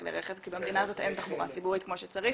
כלי רכב כי במדינה הזאת אין תחבורה ציבורית כמו שצריך